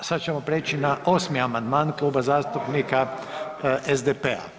A sad ćemo prijeći na 8. amandman Kluba zastupnika SDP-a.